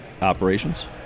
operations